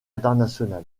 international